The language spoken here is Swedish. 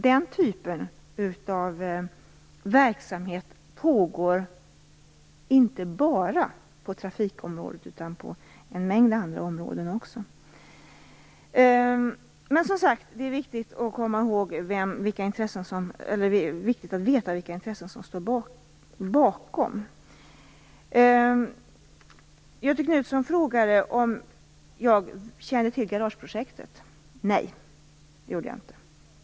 Den typen av verksamhet pågår alltså inte bara på trafikområdet, utan på en mängd andra områden också. Det är som sagt viktigt att veta vilka intressen som står bakom det hela. Göthe Knutson frågade om jag kände till garageprojektet. Nej, det gjorde jag inte.